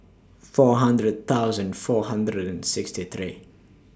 four hundred thousand four hundred and sixty three